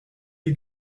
you